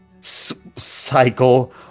cycle